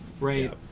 right